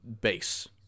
base